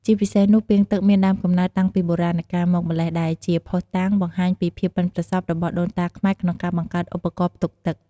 ជាពិសេសនោះ ពាងទឹក មានដើមកំណើតតាំងពីបុរាណកាលមកម្ល៉េះ ដែលជាភស្តុតាងបង្ហាញពីភាពប៉ិនប្រសប់របស់ដូនតាខ្មែរក្នុងការបង្កើតឧបករណ៍ផ្ទុកទឹក។